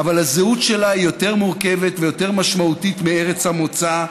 אבל הזהות שלה היא יותר מורכבת ויותר משמעותית מארץ המוצא.